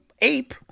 ape